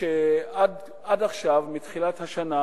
שמתחילת השנה